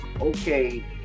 okay